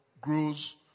grows